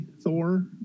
Thor